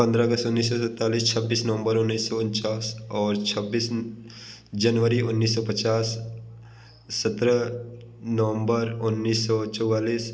पंद्रह अगस्त उन्नीस सौ सैंतालीस छब्बीस नवंबर उन्नीस सौ उनचास और छब्बीस जनवरी उन्नीस सौ पचास सत्रह नवंबर उन्नीस सौ चौंतालिस